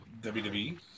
WWE